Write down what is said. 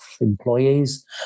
employees